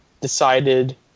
decided